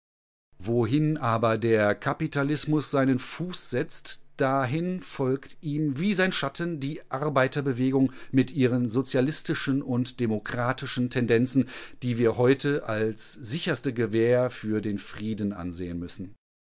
wohin aber der kapitalismus seinen fuß setzt dahin folgt ihm wie sein schatten die arbeiterbewegung mit ihren sozialistischen und demokratischen tendenzen die wir heute als sicherste gewähr für den frieden ansehen müssen